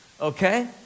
okay